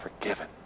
Forgiven